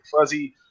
Fuzzy